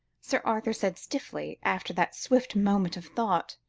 sir arthur said stiffly, after that swift moment of thought.